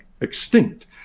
extinct